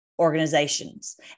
organizations